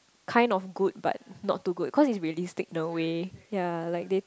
kind of good but not too good cause it's realistic in a way ya like they